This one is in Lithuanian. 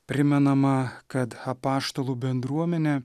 primenama kad apaštalų bendruomenė